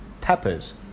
peppers